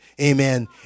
amen